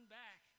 back